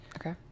Okay